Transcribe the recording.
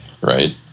right